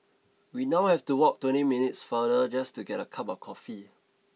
we now have to walk twenty minutes farther just to get a cup of coffee